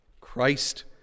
Christ